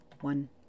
one